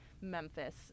memphis